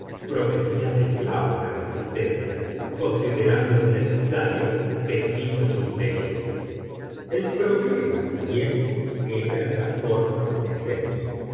provenía del clavo la resistencia considerando innecesario pesquisas ulteriores el problema siguiente era la forma de descenso